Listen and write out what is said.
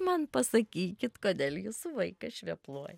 man pasakykit kodėl jūsų vaikas švepluoja